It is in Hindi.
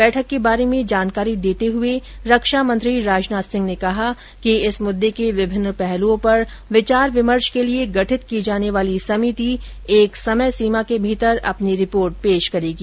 बैठक के बारे में जानकारी देते हुए रक्षा मंत्री राजनाथ सिंह ने कहा कि इस मुद्दे के विभिन्न पहलुओं पर विचार विमर्श के लिए गठित की जाने वाली समिति एक समय सीमा के भीतर अपनी रिपोर्ट पेश करेगी